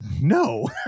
no